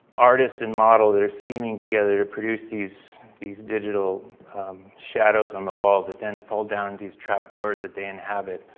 artist and model that are scheming together to produce these these digital shadows on the wall that then fold down these trap doors that they inhabit.